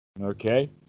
Okay